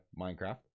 Minecraft